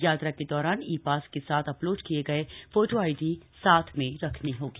यात्रा के दौरान ई पास के साथ अपलोड किए गए फोटो आईडी साथ में रखनी होगी